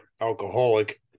alcoholic